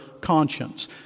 conscience